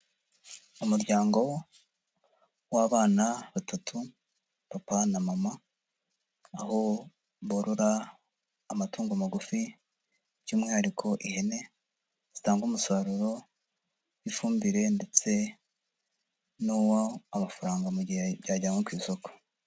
Umuryango w'abana batatu, papa na mama, aho borora amatungo magufi by'umwihariko ihene zitanga umusaruro w'ifumbire ndetse n'uw'amafaranga mu gihe byajyanywa ku isoko.